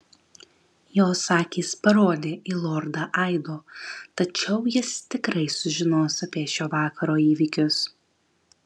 jos akys parodė į lordą aido tačiau jis tikrai sužinos apie šio vakaro įvykius